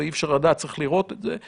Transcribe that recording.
ואי-אפשר לדעת, צריך לראות את זה,